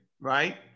right